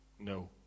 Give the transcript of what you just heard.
No